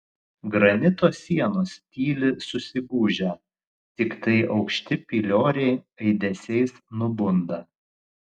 granito sienos tyli susigūžę tiktai aukšti pilioriai aidesiais nubunda